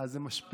אז זה משפיע.